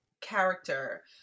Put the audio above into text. character